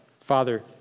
Father